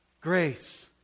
grace